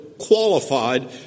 qualified